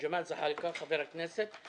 חבר הכנסת ג'מאל זחאלקה.